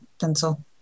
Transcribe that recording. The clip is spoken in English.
pencil